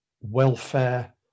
welfare